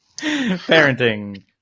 Parenting